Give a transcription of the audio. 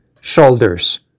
shoulders